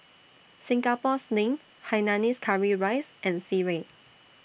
Singapore Sling Hainanese Curry Rice and Sireh